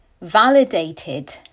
validated